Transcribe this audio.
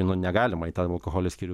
nu negalima į tą alkoholio skyrių